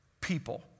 People